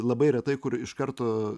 labai retai kur iš karto